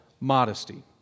modesty